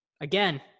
Again